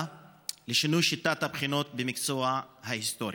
לשינוי שיטת הבחינות במקצוע ההיסטוריה.